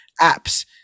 apps